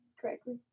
correctly